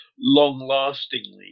long-lastingly